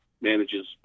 manages